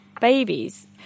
babies